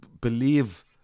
believe